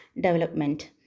development